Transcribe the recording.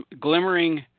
glimmering